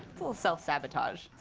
little self-sabotage